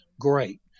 great